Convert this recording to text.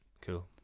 Cool